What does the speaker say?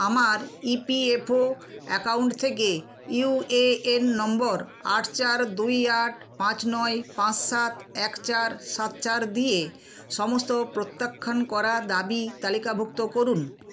আমার EPFO account থেকে UAN number আট চার দুই আট পাঁচ নয় পাঁচ সাত এক চার সাত চার দিয়ে সমস্ত প্রত্যাখ্যান করা দাবি তালিকাভুক্ত করুন